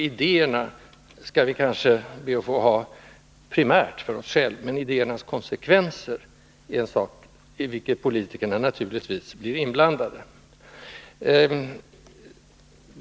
Idéerna skall vi kanske be att få ha primärt för oss själva, men idéernas konsekvenser är en sak i vilken politikerna naturligtvis blir inblandade.